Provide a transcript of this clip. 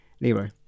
Nero